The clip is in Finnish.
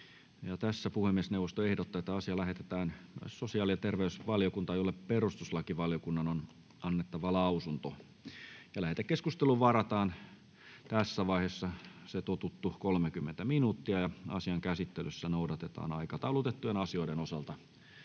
asia. Puhemiesneuvosto ehdottaa, että asia lähetetään sosiaali- ja terveysvaliokuntaan, jolle perustuslakivaliokunnan on annettava lausunto. Lähetekeskusteluun varataan tässä vaiheessa totutut 30 minuuttia. Asian käsittelyssä noudatetaan aikataulutettujen asioiden osalta